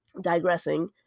digressing